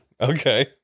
Okay